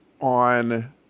on